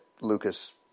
Lucas